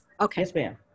Okay